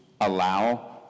allow